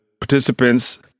participants